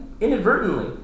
inadvertently